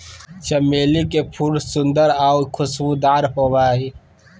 चमेली के फूल सुंदर आऊ खुशबूदार होबो हइ